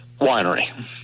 winery